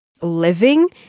living